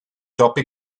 topi